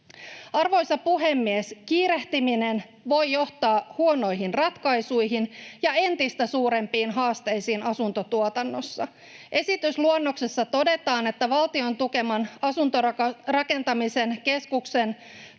Arvoisa puhemies! Kiirehtiminen voi johtaa huonoihin ratkaisuihin ja entistä suurempiin haasteisiin asuntotuotannossa. Esitysluonnoksessa todetaan, että Valtion tukeman asuntorakentamisen keskuksen